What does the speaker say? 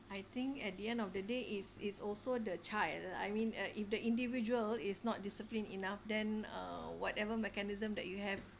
I think at the end of the day it's it's also the child I mean uh if the individual is not disciplined enough then uh whatever mechanism that you have